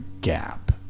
gap